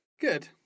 Good